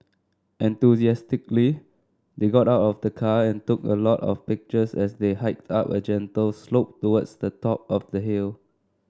enthusiastically they got out of the car and took a lot of pictures as they hiked up a gentle slope towards the top of the hill